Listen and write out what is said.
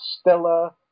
Stella